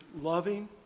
loving